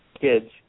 kids